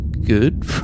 good